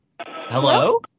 Hello